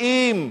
מתמלאים.